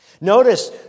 Notice